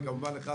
וכמובן לך,